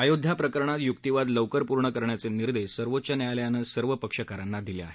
अयोध्या प्रकरणात युक्तीवाद लवकर पूर्ण करण्याचे निर्देश सर्वोच्च न्यायालयानं सर्वपक्षकारांना दिले आहेत